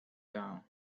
down